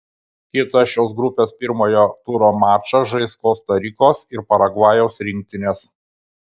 kitą šios grupės pirmojo turo mačą žais kosta rikos ir paragvajaus rinktinės